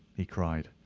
he cried.